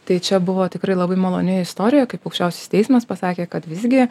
tai čia buvo tikrai labai maloni istorija kaip aukščiausias teismas pasakė kad visgi